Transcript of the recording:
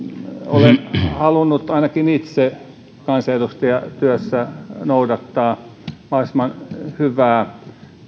olen halunnut ainakin itse kansanedustajan työssä noudattaa mahdollisimman hyvää